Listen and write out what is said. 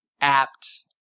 apt